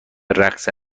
رقص